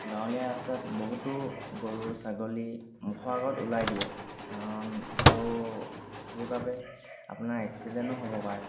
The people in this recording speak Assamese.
গাঁৱলীয়া ৰাস্তাত বহুতো গৰু ছাগলী মুখৰ আগত ওলাই দিয়ে কাৰণ আৰু সেইবাবে আপোনাৰ এক্সিডেণ্টো হ'ব পাৰে